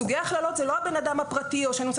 סוגי הכללות זה לא הבן אדם הפרטי או שאני רוצה